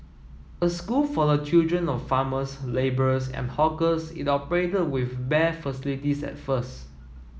a school for the children of farmers labourers and hawkers it operated with bare facilities at first